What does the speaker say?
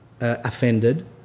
offended